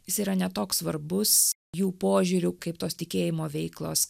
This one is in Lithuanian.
jis yra ne toks svarbus jų požiūriu kaip tos tikėjimo veiklos